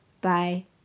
bye